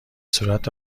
صورت